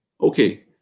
okay